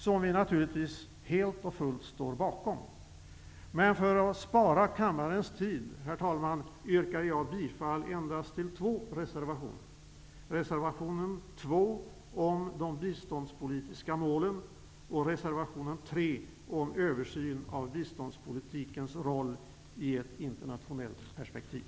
Vi står naturligtvis helt och fullt bakom dessa, men för att spara kammarens tid, herr talman, yrkar jag bifall endast till två reservationer, nämligen reservation 2 om de biståndspolitiska målen och reservation 3 om översyn av biståndspolitikens roll i ett internationellt perspektiv.